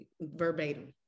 verbatim